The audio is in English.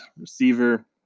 receiver